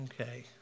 Okay